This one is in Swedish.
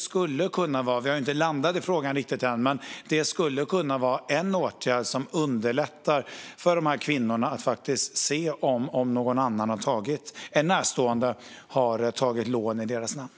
Vi har inte landat i frågan riktigt än, men det skulle kunna vara en åtgärd som underlättar för de här kvinnorna att faktiskt se om en närstående har tagit lån i deras namn.